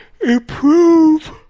improve